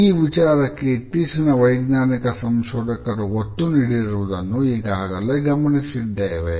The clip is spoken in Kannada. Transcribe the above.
ಈ ವಿಚಾರಕ್ಕೆ ಇತ್ತೀಚಿನ ವೈಜ್ಞಾನಿಕ ಸಂಶೋಧಕರು ಒತ್ತು ನೀಡಿರುವುದನ್ನು ಈಗಾಗಲೇ ಗಮನಿಸಿದ್ದೇವೆ